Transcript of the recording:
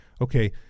Okay